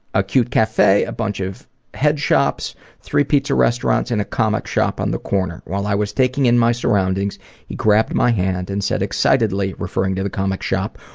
a cute cafe, a bunch of head shops, three pizza restaurants and a comic shop on the corner. while i was taking in my surroundings he grabbed my hand and said excitedly, referring to the comic shop,